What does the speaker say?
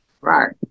right